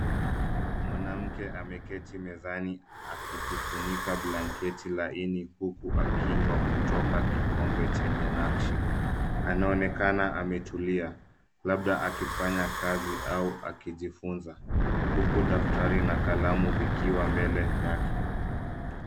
Mwanamke ameketi mezani akijifunika blanketi laini uku akinywa kutoka kikombe chenye nakshi. Anaonekana ametulia labda akifanya kazi au akijifunza huku daftari na kalamu vikiwa mbele yake.